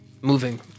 moving